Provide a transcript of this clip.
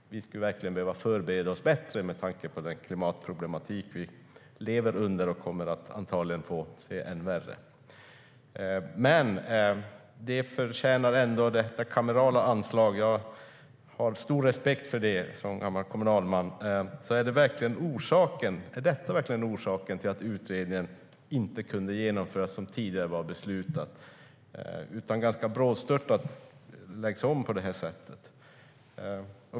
Vi skulle verkligen behöva förbereda oss bättre med tanke på den klimatproblematik vi lever under och som antagligen kommer att bli än värre. Som gammal kommunalman har jag stor respekt för detta kamerala anslag. Men är detta verkligen orsaken till att utredningen inte kunde genomföras så som tidigare var beslutat utan lades om ganska brådstörtat på det här sättet?